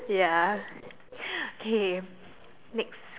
ya K next